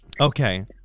okay